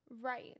Right